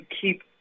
keep